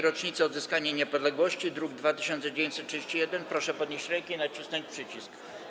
Rocznicy Odzyskania Niepodległości, druk nr 2931, proszę podnieść rękę i nacisnąć przycisk.